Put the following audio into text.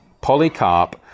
Polycarp